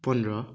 पन्ध्र